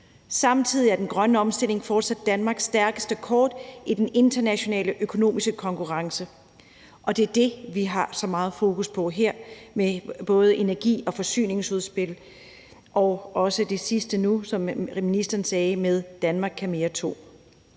Samtidig er den grønne omstilling fortsat Danmarks stærkeste kort i den internationale økonomiske konkurrence, og det er det, vi har så meget fokus på her med både energi- og forsyningsudspil og nu også det sidste, som ministeren sagde, med planen »Danmark kan mere II«.